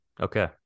Okay